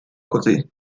così